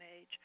age